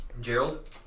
Gerald